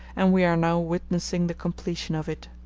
and we are now witnessing the completion of it.